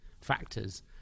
factors